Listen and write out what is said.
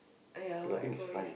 !aiya! what I go with you